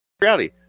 reality